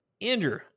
Andrew